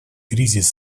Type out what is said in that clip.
кризис